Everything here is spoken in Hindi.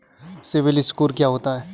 सिबिल स्कोर क्या होता है?